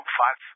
five